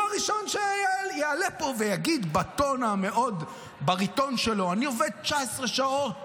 הוא הראשון שיעלה פה ויגיד בטון המאוד-בריטון שלו: אני עובד 19 שעות,